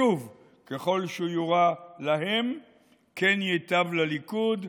שוב, ככל שיורע להם כן ייטב לליכוד,